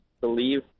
believe